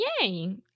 Yay